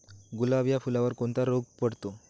गुलाब या फुलावर कोणता रोग पडतो?